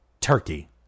Turkey